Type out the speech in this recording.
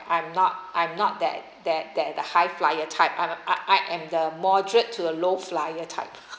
I'm not I'm not that that that the high flyer type I'm a I am the moderate to low flyer type